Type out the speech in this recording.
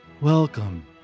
Welcome